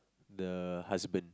the husband